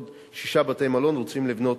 עוד שישה בתי-מלון רוצים לבנות